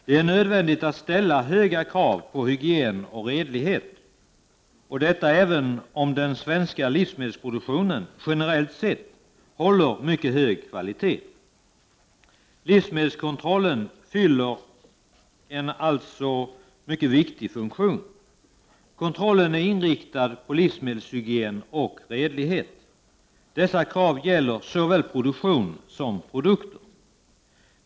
Det är nödvändigt att ställa höga krav på hygien och redlighet, även om den svenska livsmedelsproduktionen generellt sett håller mycket hög kvalitet. Livsmedelskontrollen fyller således en viktig funktion. Kontrollen är inriktad på livsmedelshygien och redlighet. Dessa krav gäller såväl produktion som produkter.